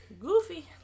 Goofy